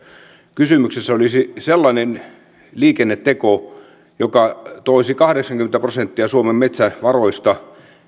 kysymyksessä olisi sellainen liikenneteko joka toisi kahdeksankymmentä prosenttia suomen metsävaroista